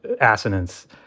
assonance